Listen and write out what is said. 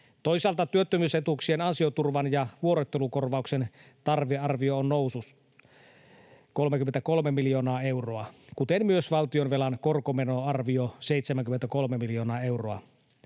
Toisaalta työttömyysetuuksien ansioturvan ja vuorottelukorvauksen tarvearvio on noussut 33 miljoonaa euroa, kuten myös valtionvelan korkomenoarvio, 73 miljoonaa euroa.